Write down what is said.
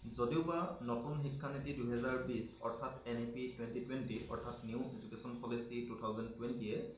যদিওবা নতুন শিক্ষানীতি দুই হাজাৰ বিশ অৰ্থাৎ N E P twenty twenty অৰ্থাৎ new education policy two thousand টুৱেন্টীয়ে